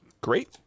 great